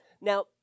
Now